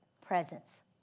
presence